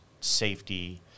safety –